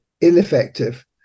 ineffective